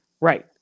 Right